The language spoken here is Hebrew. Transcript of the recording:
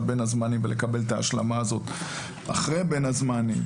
בין הזמנים ולקבל את ההשלמה הזאת אחרי בין הזמנים.